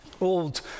old